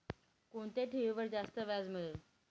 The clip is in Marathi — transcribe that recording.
कोणत्या ठेवीवर जास्त व्याज मिळेल?